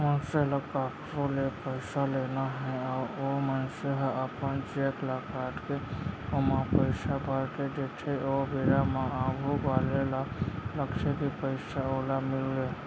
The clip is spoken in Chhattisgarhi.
मनसे ल कखरो ले पइसा लेना हे अउ ओ मनसे ह अपन चेक ल काटके ओमा पइसा भरके देथे ओ बेरा म आघू वाले ल लगथे कि पइसा ओला मिलगे